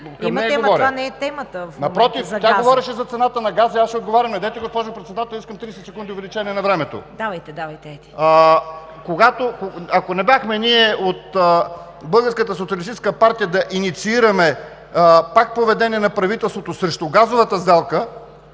Имате, но това не е темата в момента – за газа.